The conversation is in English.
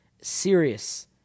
serious